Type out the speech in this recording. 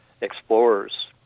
explorers